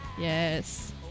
yes